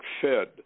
Fed